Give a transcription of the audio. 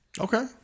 okay